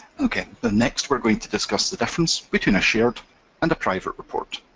okay, next we're going to discuss the difference between a shared and a private report.